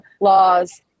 laws